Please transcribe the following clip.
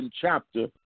chapter